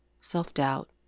self-doubt